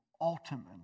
ultimately